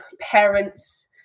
parents